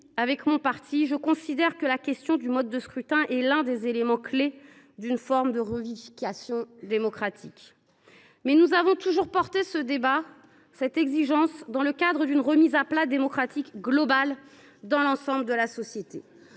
avec mon parti, je considère que le mode de scrutin est l’un des éléments clés d’une possible revivification démocratique. Nous avons toutefois toujours porté ce débat et cette exigence dans le cadre d’une remise à plat démocratique globale dans l’ensemble de la société.